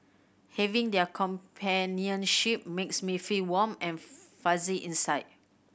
having their companionship makes me feel warm and fuzzy inside